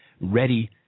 ready